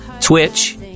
Twitch